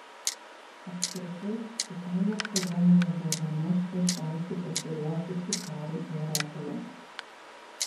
apskritai italijos kariuomenė buvo viena iš prasčiausiai pasiruošusių karui europoje